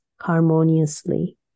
harmoniously